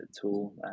tool